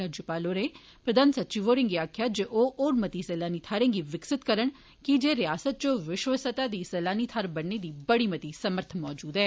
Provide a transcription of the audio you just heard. राज्यपाल होरें प्रघान सचिव होरें गी आक्खेआ जे ओह् होर मती सैलानी थाहरें गी विकसित करन कि जे रियासत इच विश्व स्तर दी सैलानी थाहर बनने दी बड़ी मती समर्थ मौजूद ऐ